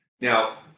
Now